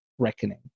reckoning